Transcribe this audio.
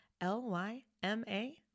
L-Y-M-A